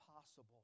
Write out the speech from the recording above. possible